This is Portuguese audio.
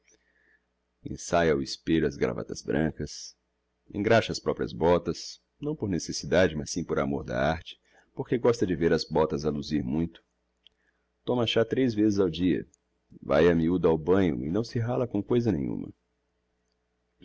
ensaia ao espelho as gravatas brancas engraxa as proprias botas não por necessidade mas sim por amor da arte porque gosta de ver as botas a luzir muito toma chá tres vezes ao dia vae a miudo ao banho e não se rala com coisa nenhuma